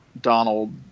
Donald